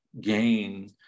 gain